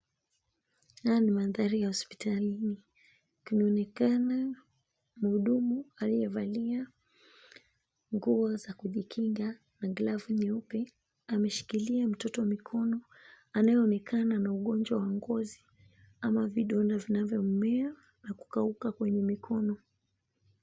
Haya ni mandhari ya hosipitalini kunaonekana mhudumu aliyevalia nguo za kujikinga na glavu nyeupe, amemshikilia mtoto mikono anayeonekana na ugonjwa wa ngozi ama vidonda vinavyomea na kukauka kwenye mikono.